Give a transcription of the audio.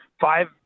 five